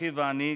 אחי ואני,